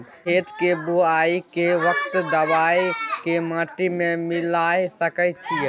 खेत के बुआई के वक्त दबाय के माटी में मिलाय सके छिये?